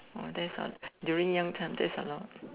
oh that's a during young time that's a lot